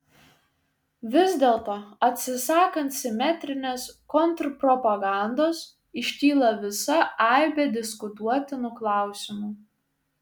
vis dėlto atsisakant simetrinės kontrpropagandos iškyla visa aibė diskutuotinų klausimų